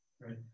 right